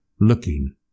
looking